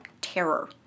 terror